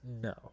No